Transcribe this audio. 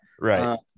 Right